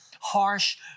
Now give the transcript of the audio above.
harsh